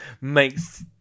makes